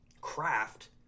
craft